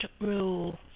Rule